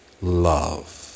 love